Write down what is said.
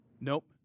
nope